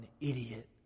idiot